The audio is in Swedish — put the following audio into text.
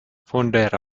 fundera